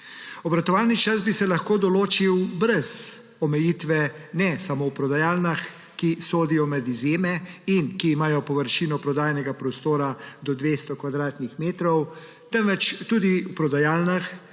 Obratovalni čas bi se lahko določil brez omejitve ne samo v prodajalnah, ki sodijo med izjeme in ki imajo površino prodajnega prostora do 200 kvadratnih metrov, temveč tudi v prodajalnah,